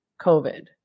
COVID